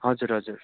हजुर हजुर